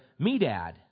Medad